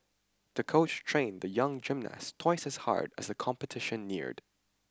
the coach trained the young gymnast twice as hard as the competition neared